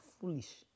foolish